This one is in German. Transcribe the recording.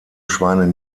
schweine